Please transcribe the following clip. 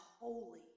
holy